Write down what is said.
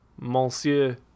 Monsieur